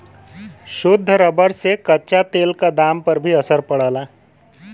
शुद्ध रबर से कच्चा तेल क दाम पर भी असर पड़ला